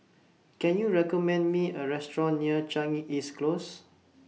Can YOU recommend Me A Restaurant near Changi East Close